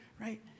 right